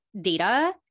data